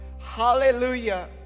Hallelujah